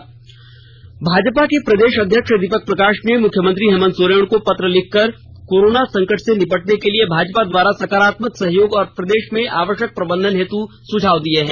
प्रदेष अध्यक्ष भाजपा के प्रदेष अध्यक्ष दीपक प्रकाष ने मुख्यमंत्री हेमंत सोरेन को पत्र लिखकर कोरोना संकट से निपटने के लिए भाजपा द्वारा सकारात्मक सहयोग और प्रदेष में आवष्यक प्रबंधन हेतु सुझाव दिये है